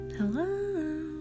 Hello